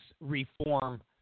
reform